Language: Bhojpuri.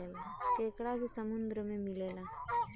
केकड़ा भी समुन्द्र में मिलेला